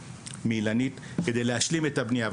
מאילנית שושני כדי להשלים את הבנייה.